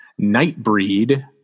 Nightbreed